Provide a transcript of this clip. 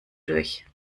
durch